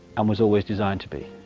and was always designed to be.